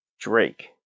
Drake